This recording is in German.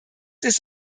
ist